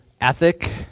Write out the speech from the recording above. ethic